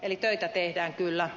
eli töitä tehdään kyllä